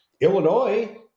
Illinois